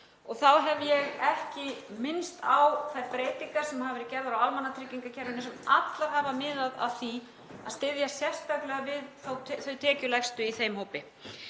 Þá hef ég ekki minnst á þær breytingar sem hafa verið gerðar á almannatryggingakerfinu sem allar hafa miðað að því að styðja sérstaklega við þau tekjulægstu í þeim hópi.